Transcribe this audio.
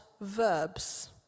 verbs